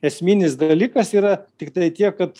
esminis dalykas yra tiktai tiek kad